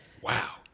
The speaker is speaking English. Wow